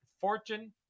Fortune